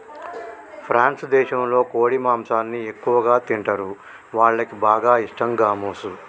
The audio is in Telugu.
ఫ్రాన్స్ దేశంలో కోడి మాంసాన్ని ఎక్కువగా తింటరు, వాళ్లకి బాగా ఇష్టం గామోసు